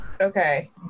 Okay